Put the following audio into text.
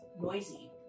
noisy